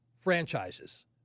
franchises